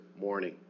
morning